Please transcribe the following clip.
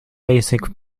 basic